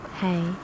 Hey